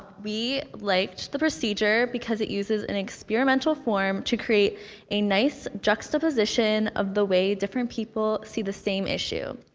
we liked the procedure because it uses and experimental form to create a nice juxtaposition of the way different people see the same issue.